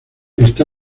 está